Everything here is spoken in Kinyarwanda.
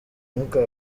umwuka